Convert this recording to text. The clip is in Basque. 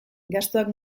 gastuak